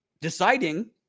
deciding